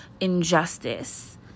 injustice